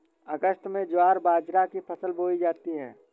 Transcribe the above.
अगस्त में ज्वार बाजरा की फसल बोई जाती हैं